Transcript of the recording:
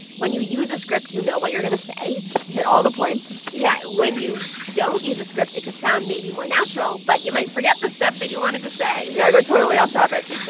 when you use a script, you know what you're going to say you hit all the points yeah. when you don't use a script, it could sound maybe more natural. but you might forget the stuff that you wanted to say yeah. i go totally off topic.